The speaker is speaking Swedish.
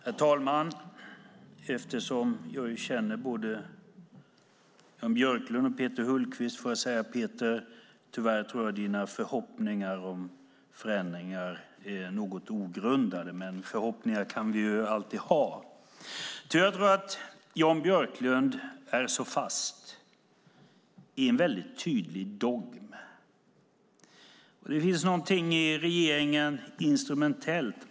Herr talman! Eftersom jag känner både Jan Björklund och Peter Hultqvist får jag säga att jag tyvärr tror att Peters förhoppningar om förändring är något ogrundade. Men förhoppningar kan vi alltid ha. Jag tror att Jan Björklund är fast i en väldigt tydlig dogm. Det finns någonting instrumentellt i regeringen.